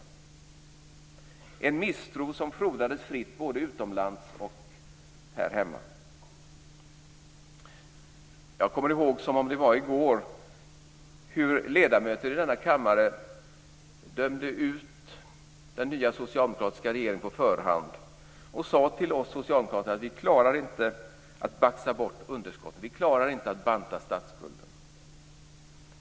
Det var en misstro som frodades fritt både utomlands och här hemma. Jag kommer ihåg som om det var i går hur ledamöter i denna kammare dömde ut den nya socialdemokratiska regeringen på förhand och sade till oss socialdemokrater att vi inte klarar att baxa bort underskotten och att banta statsskulden.